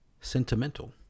Sentimental